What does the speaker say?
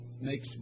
makes